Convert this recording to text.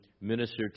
minister